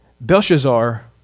Belshazzar